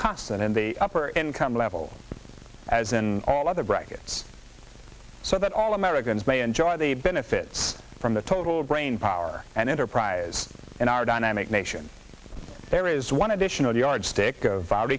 constant in the upper income level as in all other brackets so that all americans may enjoy the benefits from the total brainpower and enterprise in our dynamic nation there is one additional yardstick